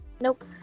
Nope